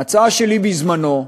ההצעה שלי, בזמנה,